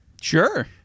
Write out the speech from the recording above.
sure